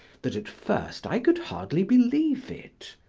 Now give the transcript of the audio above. that at first i could hardly believe it.